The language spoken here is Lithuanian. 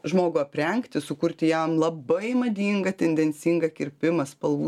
žmogų aprengti sukurti jam labai madingą tendencingą kirpimą spalvų